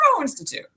Institute